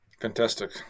fantastic